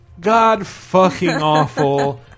god-fucking-awful